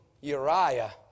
Uriah